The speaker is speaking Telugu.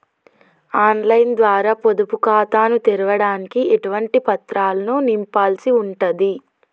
ఆన్ లైన్ ద్వారా పొదుపు ఖాతాను తెరవడానికి ఎటువంటి పత్రాలను నింపాల్సి ఉంటది?